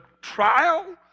trial